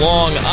Long